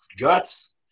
guts